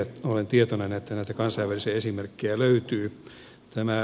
olen tietoinen että näitä kansainvälisiä esimerkkejä löytyy